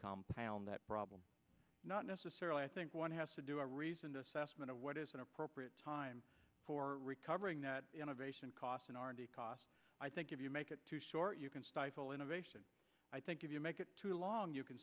compound that problem not necessarily i think one has to do a reasoned assessment of what is an appropriate time for recovering that innovation cost an arm because i think if you make it too short you can stifle innovation i think if you make it too long you can